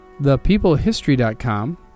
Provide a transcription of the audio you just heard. ThePeopleHistory.com